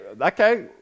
okay